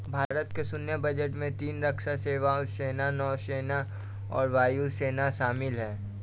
भारत के सैन्य बजट में तीन रक्षा सेवाओं, सेना, नौसेना और वायु सेना शामिल है